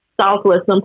southwestern